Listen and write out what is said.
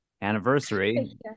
anniversary